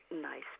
nice